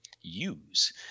use